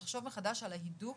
לחשוב מחדש על ההידוק